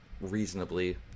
reasonably